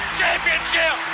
championship